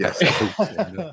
Yes